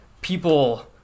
people